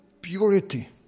purity